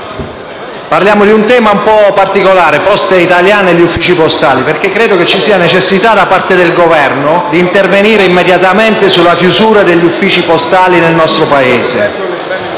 parliamo di un tema un po' particolare: Poste italiane e uffici postali, perché credo ci sia la necessità da parte del Governo di intervenire immediatamente sulla chiusura degli uffici postali nel nostro Paese.